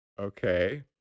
Okay